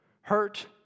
hurt